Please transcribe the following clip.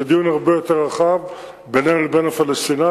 זה דיון הרבה יותר רחב בינינו לבין הפלסטינים,